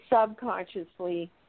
subconsciously